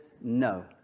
no